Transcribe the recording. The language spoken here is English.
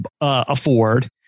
afford